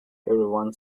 everyone